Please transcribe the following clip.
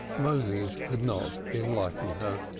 moses could not enlighten her.